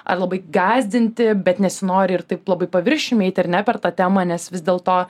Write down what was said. ar labai gąsdinti bet nesinori ir taip labai paviršiumi eiti ar ne per tą temą nes vis dėlto